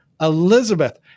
Elizabeth